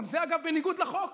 גם זה, אגב, בניגוד לחוק,